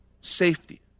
Safety